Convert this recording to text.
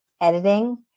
editing